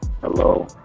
Hello